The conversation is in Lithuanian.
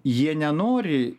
jie nenori